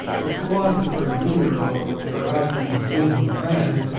the philosopher diderot, her husband's bosom friend,